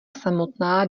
samotná